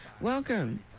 Welcome